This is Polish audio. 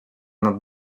nad